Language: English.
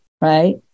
right